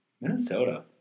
Minnesota